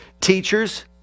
teachers